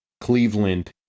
Cleveland